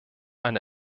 eine